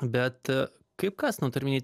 bet kaip kas nu turiu omeny